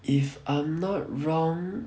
if I'm not wrong